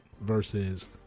versus